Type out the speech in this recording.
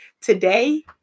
today